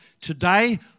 today